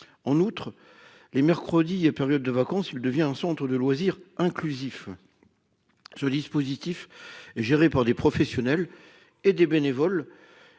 En outre, les mercredis et lors des périodes de vacances, il devient un centre de loisirs inclusif. Ce dispositif, géré par des professionnels et des bénévoles,